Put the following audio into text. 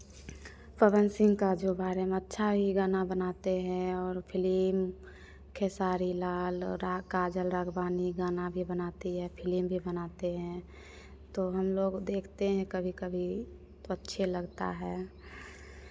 पवन सिंह का जो बारे में अच्छा ही गाना बनाते हैं और फिल्म खेसारी लाल और काजल राघवानी गाना भी बनाती है फिल्म भी बनाते हैं तो हम लोग देखते हैं कभी कभी तो अच्छे लगता है